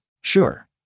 Sure